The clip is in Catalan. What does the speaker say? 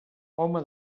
home